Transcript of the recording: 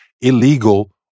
illegal